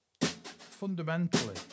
fundamentally